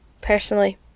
personally